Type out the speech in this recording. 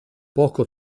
poco